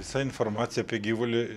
visa informacija apie gyvulį